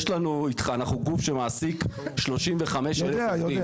אנחנו גוף שמעסיק 35,000 עובדים.